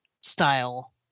style